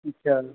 अच्छा